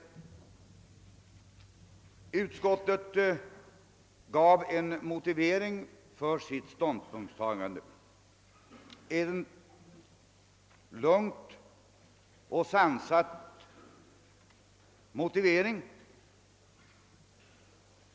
Utskottet lämnade en lång och sansad motivering för sitt ståndpunktstagande.